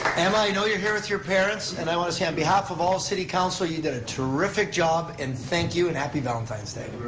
and i know you're here with your parents, and i want to say on behalf of all city council, you did a terrific job, and thank you, and happy valentine's day.